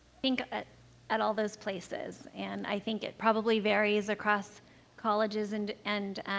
think at at all those places. and i think it probably varies across colleges and and